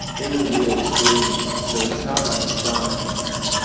they were real experiences. so it's not like it's gone anywhere.